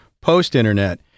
post-internet